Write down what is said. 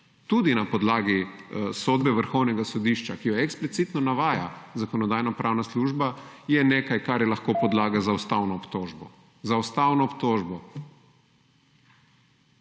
tudi na podlagi sodbe Vrhovnega sodišča, ki eksplicitno navaja Zakonodajno-pravna služba je nekaj, kar je lahko podlaga za ustavno obtožbo, za ustavno obtožbo